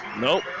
Nope